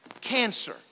cancer